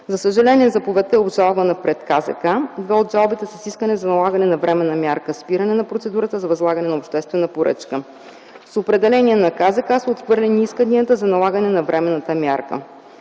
За съжаление, заповедта е обжалвана пред КСК. Две от жалбите са с искане за налагане на временна мярка „спиране на процедурата за възлагане на обществена поръчка”. С определение на Комисия за защита на конкуренцията са отхвърлени исканията за налагане на временната мярка.